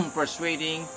persuading